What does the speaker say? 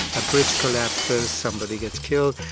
a bridge collapses, somebody gets killed,